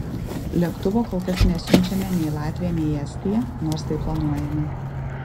lėktuvo kol kas nesiunčiame nei į latviją nei į estiją nors tai planuojame